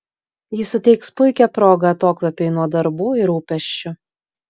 ji suteiks puikią progą atokvėpiui nuo darbų ir rūpesčių